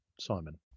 Simon